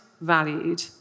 valued